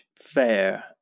Fair